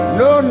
no